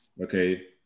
Okay